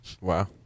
Wow